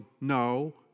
no